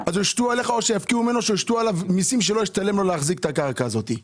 יושתו עליו מסים כך שלא ישתלם לו להחזיק בקרקע הזאת,